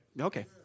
Okay